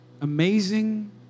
amazing